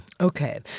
Okay